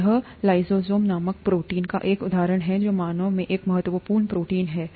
यह लाइसोजाइम नामक प्रोटीन का एक उदाहरण है जो मानव में एक महत्वपूर्ण प्रोटीन है तन